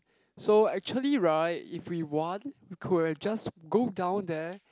so actually right if we want we could have just go down there